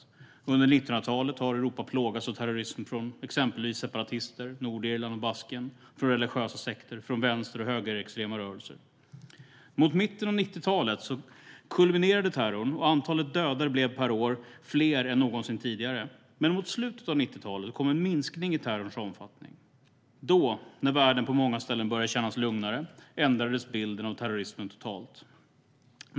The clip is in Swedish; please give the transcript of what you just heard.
Under 1900-talet plågades Europa av terrorism från exempelvis separatister i Nordirland och Baskien, från religiösa sekter och från vänster och högerextrema rörelser. Mot mitten av 90-talet kulminerade terrorn, och antalet dödade per år blev fler än någonsin. Men mot slutet av 90-talet kom en minskning i terrorns omfattning. Då, när världen började kännas lugnare på många ställen, ändrades bilden av terrorismen totalt.